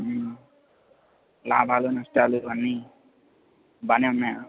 లాభాలు నష్టాలు ఇవన్నీ బాగానే ఉన్నాయా